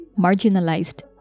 marginalized